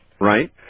Right